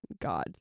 God